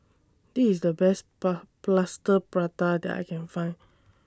This IS The Best Plaster Prata that I Can Find